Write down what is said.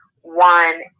one